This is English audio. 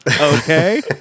Okay